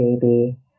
baby